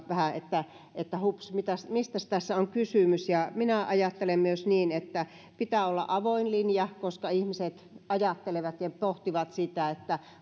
vähän että hups mistäs mistäs tässä on kysymys myös minä ajattelen niin että pitää olla avoin linja koska ihmiset ajattelevat ja pohtivat sitä että